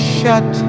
shut